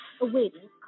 awaiting